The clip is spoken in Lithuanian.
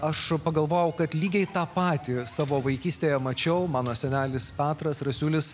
aš pagalvojau kad lygiai tą patį savo vaikystėje mačiau mano senelis petras rasiulis